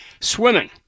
swimming